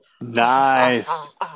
Nice